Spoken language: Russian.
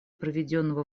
проведенного